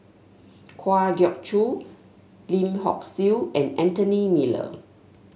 Kwa Geok Choo Lim Hock Siew and Anthony Miller